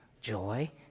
joy